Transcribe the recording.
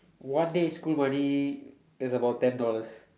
one day school money is about ten dollars